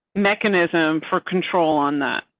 mechanism for control on that.